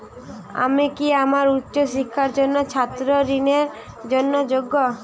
আমি কি আমার উচ্চ শিক্ষার জন্য ছাত্র ঋণের জন্য যোগ্য?